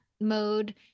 mode